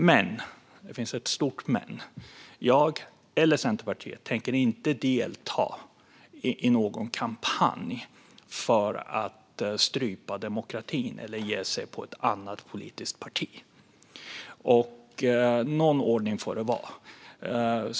Men - det är ett stort men - jag och Centerpartiet tänker inte delta i någon kampanj för att strypa demokratin eller ge sig på ett annat politiskt parti. Någon ordning får det vara.